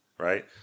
Right